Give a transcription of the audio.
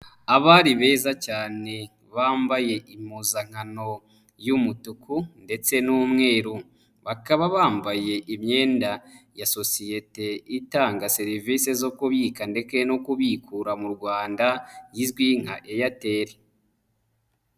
Abari beza cyane bambaye impuzankano y'umutuku ndetse n'umweru. Bakaba bambaye imyenda ya sosiyete itanga serivisi zo kubika ndetse no kubikura mu Rwanda, izwi nka Airtel.